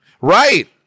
Right